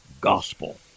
gospel